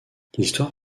l’histoire